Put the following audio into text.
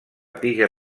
tija